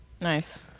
Nice